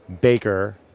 Baker